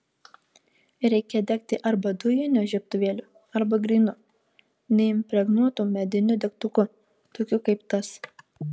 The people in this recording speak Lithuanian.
reikia degti arba dujiniu žiebtuvėliu arba grynu neimpregnuotu mediniu degtuku tokiu kaip tas